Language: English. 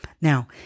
Now